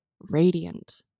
radiant